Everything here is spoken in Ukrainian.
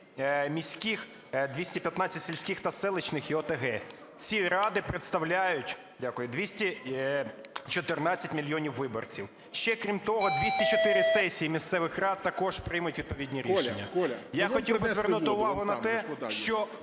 міських, 215 сільських та селищних і ОТГ. Ці ради представляють 214 мільйонів виборців, ще, крім того, 204 сесії місцевих рад також приймуть відповідні рішення. Я хотів би звернути увагу на те, що